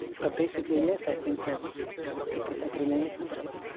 but basically, yes, i think that it could happen in any society